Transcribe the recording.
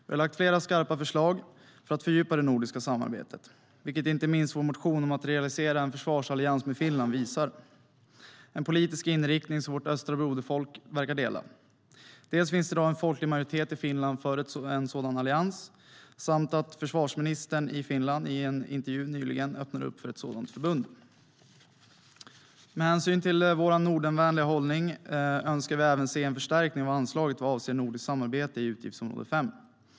Vi har lagt fram flera skarpa förslag för att fördjupa det nordiska samarbetet, vilket inte minst vår motion om att materialisera en försvarsallians med Finland visar - en politisk inriktning som vårt östra broderfolk verkar dela. Dels finns det en folklig majoritet i Finland för en sådan allians, dels har försvarsministern i Finland i en intervju nyligen öppnat upp för ett sådant förbund. Med hänsyn till vår Nordenvänliga hållning önskar vi även se en förstärkning av anslaget vad avser nordiskt samarbete i utgiftsområde 5.